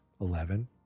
Eleven